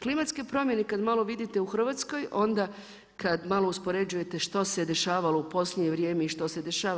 Klimatske promjene kad malo vidite u Hrvatskoj, onda kad malo uspoređujete što se dešavalo u posljednje vrijeme i što se dešava.